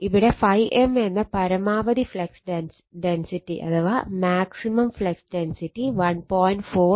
ഇവിടെ ∅m എന്ന പരമാവധി ഫ്ളക്സ് ഡെൻസിറ്റി 1